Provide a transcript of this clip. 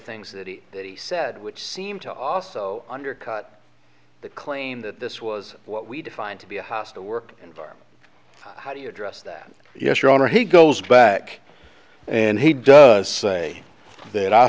things that he that he said which seemed to also undercut the claim that this was what we define to be a hostile work environment how do you address that yes your honor he goes back and he does say that i